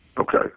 Okay